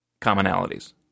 commonalities